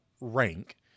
rank